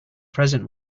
present